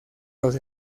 los